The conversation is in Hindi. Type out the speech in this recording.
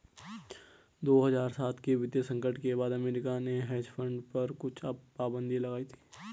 दो हज़ार सात के वित्तीय संकट के बाद अमेरिका ने हेज फंड पर कुछ पाबन्दी लगाई थी